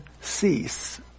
cease